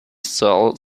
cell